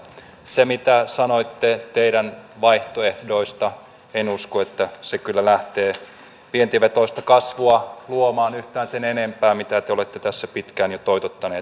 se mitä sanoitte teidän vaihtoehdoistanne en usko että se kyllä lähtee vientivetoista kasvua luomaan yhtään sen enempää kuin se mitä te olette tässä pitkään jo toitottaneet